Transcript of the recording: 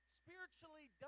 spiritually